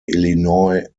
illinois